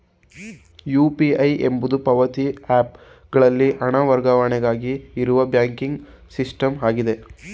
UPI ಎಂಬುದು ಪಾವತಿ app ಗಳಲ್ಲಿ ಹಣ ವರ್ಗಾವಣೆಗಾಗಿ ಇರುವ ಬ್ಯಾಂಕಿಂಗ್ ಸಿಸ್ಟಮ್ ಆಗಿದೆ